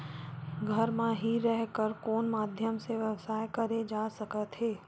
घर म हि रह कर कोन माध्यम से व्यवसाय करे जा सकत हे?